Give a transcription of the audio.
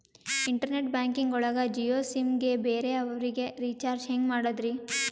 Internet banking ಒಳಗ Jio sim ಗೆ ಬೇರೆ ಅವರಿಗೆ ರೀಚಾರ್ಜ್ ಹೆಂಗ್ ಮಾಡಿದ್ರಿ?